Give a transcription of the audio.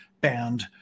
banned